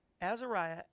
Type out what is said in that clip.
Azariah